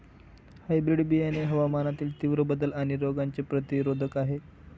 hybrid बियाणे हवामानातील तीव्र बदल आणि रोगांचे प्रतिरोधक आहे